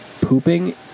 Pooping